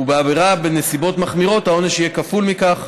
ובעבירה בנסיבות מחמירות העונש יהיה כפול מכך,